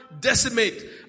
decimate